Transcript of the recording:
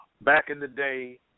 back-in-the-day